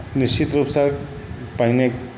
निश्चित रूपसँ पहिने